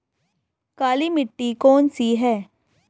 काली मिट्टी कौन सी है?